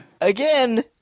again